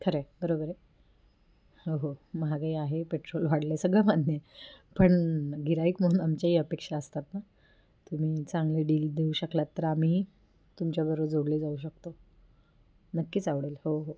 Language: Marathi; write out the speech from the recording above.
खरं आहे बरोबर आहे हो हो महागही आहे पेट्रोल वाढले सगळं मान्य आहे पण गिऱ्हाईक म्हणून आमच्याही अपेक्षा असतात ना तुम्ही चांगले डील देऊ शकलात तर आम्ही तुमच्याबरोबर जोडले जाऊ शकतो नक्कीच आवडेल हो हो